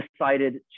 decided